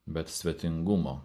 bet svetingumo